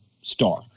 star